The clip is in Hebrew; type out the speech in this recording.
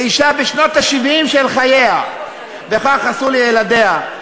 לאישה בשנות ה-70 של חייה, וכך עשו לילדיה.